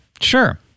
Sure